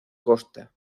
costa